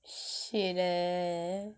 shit leh